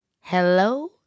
Hello